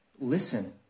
Listen